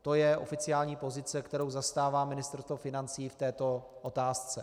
To je oficiální pozice, kterou zastává Ministerstvo financí v této otázce.